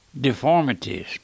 deformities